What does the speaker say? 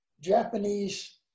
Japanese